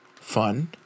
Fun